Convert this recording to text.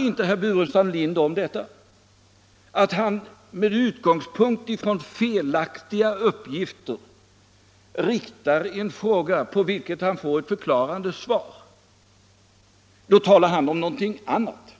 Han har framställt en fråga med utgångspunkt i felaktiga uppgifter, och på den har han fått förklarande svar. Men då talar han om någonting annat.